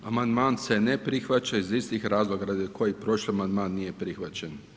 Amandman se ne prihvaća iz istih razloga radi kojih prošli amandman nije prihvaćen.